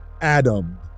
Adam